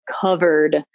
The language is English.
covered